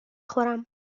خورم